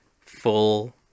full